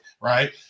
right